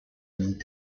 need